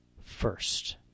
first